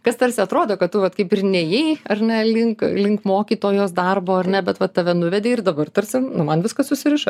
kas tarsi atrodo kad tu vat kaip ir nėjai ar ne link link mokytojos darbo ar ne bet vat tave nuvedė ir dabar tarsi nu man viskas susiriša